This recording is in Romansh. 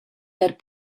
per